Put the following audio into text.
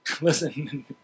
Listen